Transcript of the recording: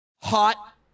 hot